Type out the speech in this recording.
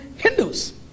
Hindus